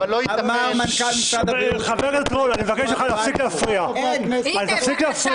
שאין נתוני תחלואה בבלפור.